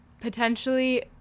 potentially